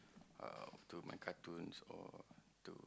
uh to my cartoons or to